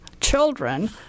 children